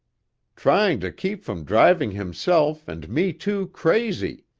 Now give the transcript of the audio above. trying to keep from driving himself and me too crazy,